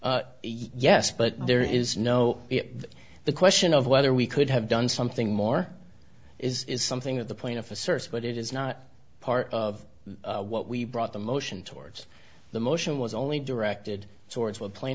yes but there is no the question of whether we could have done something more is is something that the plaintiff asserts but it is not part of what we brought the motion towards the motion was only directed towards what pla